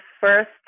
first